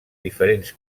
diferents